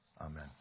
amen